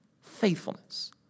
faithfulness